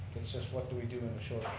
it's just what do we do in the short